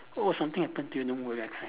oh something happen to you no mood right